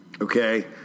Okay